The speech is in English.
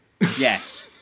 Yes